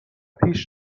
پیش